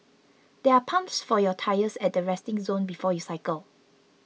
there are pumps for your tyres at the resting zone before you cycle